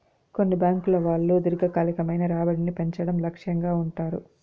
కొన్ని బ్యాంకుల వాళ్ళు దీర్ఘకాలికమైన రాబడిని పెంచడం లక్ష్యంగా ఉంటారు